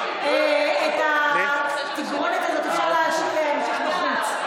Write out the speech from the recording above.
את התגרונת הזאת אפשר להמשיך בחוץ.